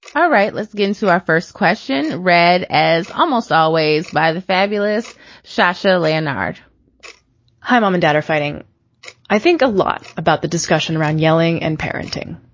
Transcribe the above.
all right let's get into our first question. read as almost always by the fabulous sasha leonardo hi mom and dad are fighting i think a lot about the discussion around yelling and parenting.